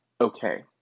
okay